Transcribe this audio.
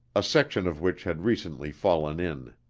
a section of which had recently fallen in.